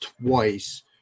twice